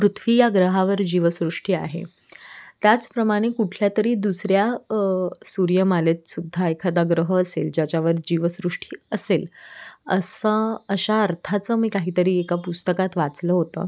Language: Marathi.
पृथ्वी या ग्रहावर जीवसृष्टी आहे त्याचप्रमाणे कुठल्यातरी दुसऱ्या सूर्यमालेतसुद्धा एखादा ग्रह असेल ज्याच्यावर जीवसृष्टी असेल असं अशा अर्थाचं मी काहीतरी एका पुस्तकात वाचलं होतं